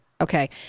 Okay